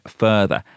further